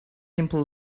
simple